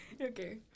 Okay